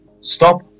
Stop